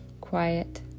quiet